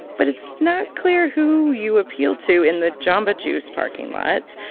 but it's not clear who you appeal to in the jamba juice parking lot,